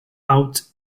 out